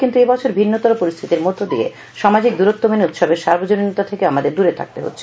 কিন্তু এ বছর এক ভিন্নতর পরিস্থিতির মধ্য দিয়ে সামাজিক দূরত্ব মেনে উৎসবের সার্বজনীনতা থেকে আমাদের দূরে থাকতে হচ্ছে